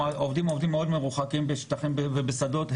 העובדים עובדים בשטחים ובשדות מאוד מרוחקים,